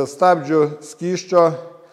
stabdžių skysčio